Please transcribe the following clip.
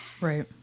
right